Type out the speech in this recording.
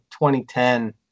2010